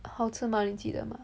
好吃吗你记得吗